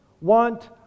want